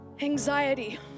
Anxiety